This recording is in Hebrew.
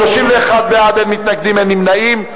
31 בעד, אין מתנגדים, אין נמנעים,